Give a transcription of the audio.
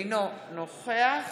אינו נוכח